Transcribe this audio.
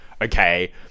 okay